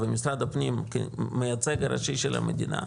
ומשרד הפנים כמייצג הראשי של המדינה.